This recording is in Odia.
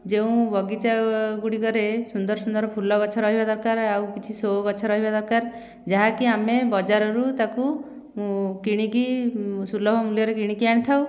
ଯେଉଁ ବଗିଚା ଗୁଡ଼ିକରେ ସୁନ୍ଦର ସୁନ୍ଦର ଫୁଲ ଗଛ ରହିବା ଦରକାର ଆଉ କିଛି ସୋ ଗଛ ରହିବା ଦରକାର ଯାହାକି ଆମେ ବଜାରରୁ ତାକୁ କିଣିକି ସୁଲଭ ମୂଲ୍ୟରେ କିଣିକି ଆଣିଥାଉ